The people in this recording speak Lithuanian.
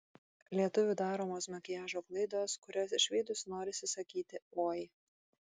lietuvių daromos makiažo klaidos kurias išvydus norisi sakyti oi